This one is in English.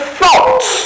thoughts